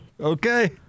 Okay